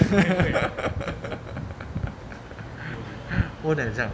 own 很像